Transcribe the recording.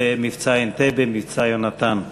ל"מבצע אנטבה", "מבצע יונתן".